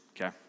Okay